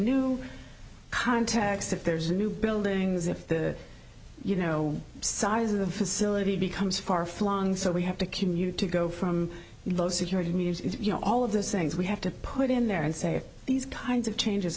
new context if there's new buildings if the you know size of the facility becomes far flung so we have to commute to go from low security news you know all of those things we have to put in there and say these kinds of changes